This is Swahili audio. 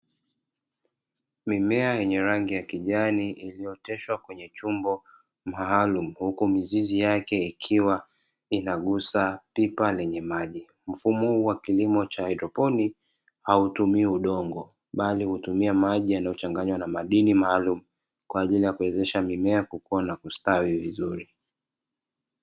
Mimea yenye rangi ya kijani ikioteshwa kwenye chombo maalumu, huku mizizi yake ikiwa inagusa pipa lenye maji, mfumo huu wa kilimo cha haidroponi hautumii udongo bali hutumia maji yaliyochanganywa na madini maalumu kwa aijli ya kuwezesha mimea kukua na kustawi vizuri.